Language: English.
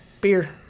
beer